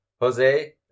Jose